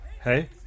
Hey